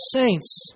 saints